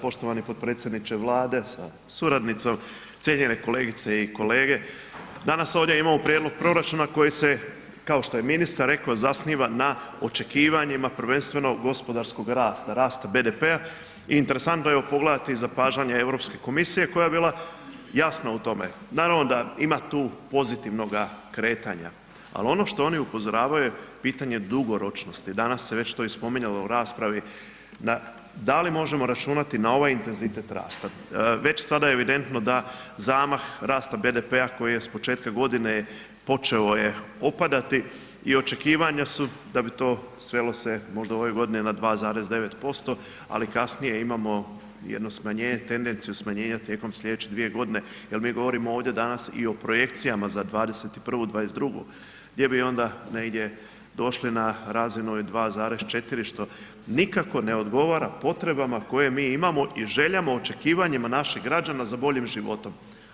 Poštovani potpredsjedniče Vlade sa suradnicom, cijenjene kolegice i kolege, danas ovdje imamo prijedlog proračuna koji se, kao što je ministar rekao, zasniva na očekivanjima prvenstveno gospodarskog rasta, rasta BDP-a i interesantno je evo pogledati zapažanja Europske komisije koja je bila jasna u tome, naravno da ima tu pozitivnoga kretanja, al ono što oni upozoravaju je pitanje dugoročnosti, danas se već to i spominjalo u raspravi, da li možemo računati na ovaj intenzitet rasta, već sada je evidentno da zamah rasta BDP-a koji je s početka godine počeo je opadati i očekivanja su da bi to svelo se možda u ovoj godini na 2,9%, ali kasnije imamo jedno smanjenje, tendenciju smanjenja tijekom slijedeće dvije godine jel mi govorimo ovdje danas i o projekcijama za '21., '22. gdje bi onda negdje došli na razinu 2,4 što nikako ne odgovara potrebama koje mi imamo i željama, očekivanjima naših građana za boljim životom.